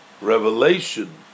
revelation